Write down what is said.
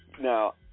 Now